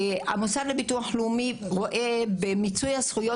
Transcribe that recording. המוסד לביטוח לאומי רואה במיצוי הזכויות